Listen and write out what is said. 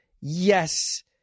Yes